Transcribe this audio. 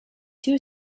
two